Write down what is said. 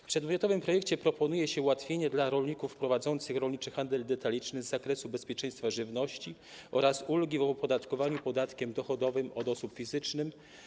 W przedmiotowym projekcie ustawy proponuje się ułatwienie dla rolników prowadzących rolniczy handel detaliczny z zakresu bezpieczeństwa żywności oraz ulgi w opodatkowaniu podatkiem dochodowym od osób fizycznych.